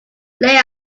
lay